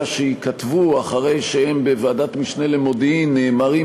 שייכתבו אחרי שהם בוועדת משנה למודיעין נאמרים,